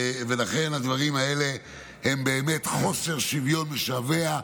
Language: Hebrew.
ולכן הדברים האלה הם באמת חוסר שוויון משווע.